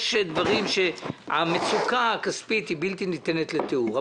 יש דברים שהמצוקה הכספית היא בלתי ניתנת לתיאור.